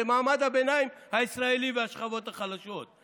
מעמד הביניים הישראלי והשכבות החלשות.